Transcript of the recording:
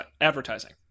advertising